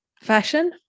fashion